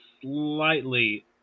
slightly